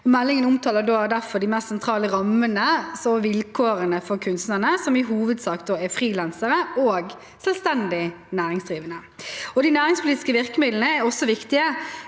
Meldingen omtaler derfor de mest sentrale rammene og vilkårene for kunstnerne, som i hovedsak er frilansere og selvstendig næringsdrivende. De næringspolitiske virkemidlene er også viktige,